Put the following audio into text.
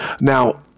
now